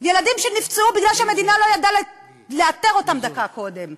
ילדים שנפצעו מפני שהמדינה לא ידעה לאתר אותם דקה קודם,